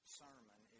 sermon